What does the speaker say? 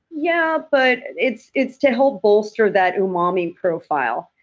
yeah, but it's it's to help bolster that umami profile.